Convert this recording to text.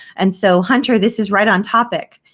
and so hunter, this is right on topic.